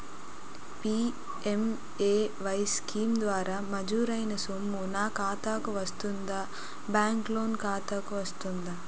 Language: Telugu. పి.ఎం.ఎ.వై స్కీమ్ ద్వారా మంజూరైన సొమ్ము నా ఖాతా కు వస్తుందాబ్యాంకు లోన్ ఖాతాకు వస్తుందా?